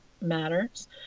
matters